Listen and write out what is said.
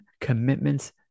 commitments